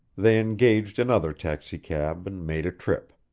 they engaged another taxicab and made a trip.